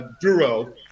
Duro